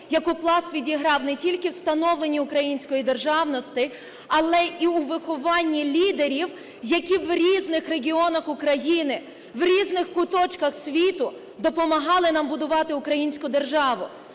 яку Пласт відіграв не тільки у встановленні української державності, але і у вихованні лідерів, які в різних регіонах України, в різних куточках світу допомагали нам будувати українську державу.